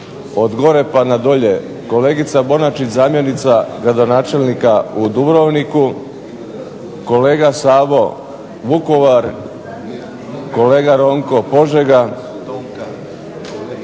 od gore pa na dolje. Kolegica Bonačić zamjenica gradonačelnika u Dubrovniku, kolega Sabo Vukovar, kolega Ronko Požega,